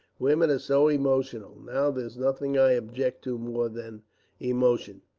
women are so emotional. now there's nothing i object to more than emotion.